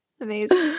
Amazing